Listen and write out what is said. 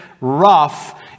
rough